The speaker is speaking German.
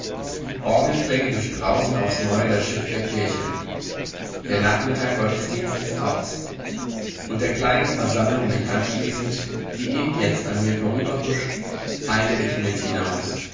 orgelklänge durchbrausen aufs neue das schiff der kirche der nachmittag gottesdienst ist aus und der kleinen versammlung mich anschließend die eben jetzt an mir vorüberhuscht eile ich mit hinaus